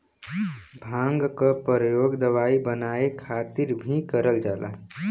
भांग क परयोग दवाई बनाये खातिर भीं करल जाला